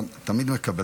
אני גאה